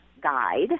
guide